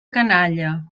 canalla